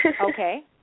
Okay